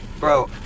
Bro